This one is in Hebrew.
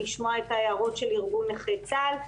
לשמוע את ההערות של ארגון נכי צה"ל.